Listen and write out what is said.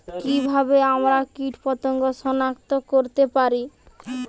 কিভাবে আমরা কীটপতঙ্গ সনাক্ত করতে পারি?